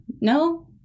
No